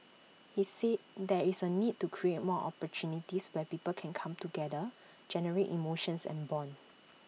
he said there is A need to create more opportunities where people can come together generate emotions and Bond